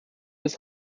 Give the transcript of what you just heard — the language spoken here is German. bis